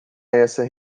essa